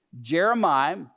Jeremiah